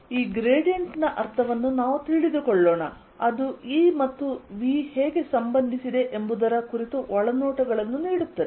ಈ ಗ್ರೇಡಿಯಂಟ್ ನ ಅರ್ಥವನ್ನು ನಾವು ತಿಳಿದುಕೊಳ್ಳೋಣ ಅದು E ಮತ್ತು V ಹೇಗೆ ಸಂಬಂಧಿಸಿದೆ ಎಂಬುದರ ಕುರಿತು ಒಳನೋಟಗಳನ್ನು ನೀಡುತ್ತದೆ